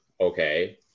okay